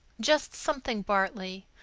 just something bartley.